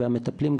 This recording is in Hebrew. והמטפלים,